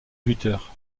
buteur